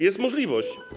Jest możliwość.